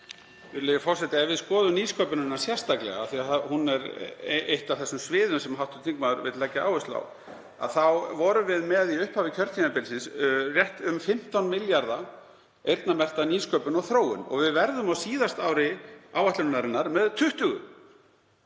Virðulegi forseti. Ef við skoðum nýsköpunina sérstaklega, af því að hún er eitt af þeim sviðum sem hv. þingmaður vill leggja áherslu á, þá vorum við með í upphafi kjörtímabilsins rétt um 15 milljarða eyrnamerkta nýsköpun og þróun og við verðum á síðasta ári áætlunarinnar með 20